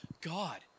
God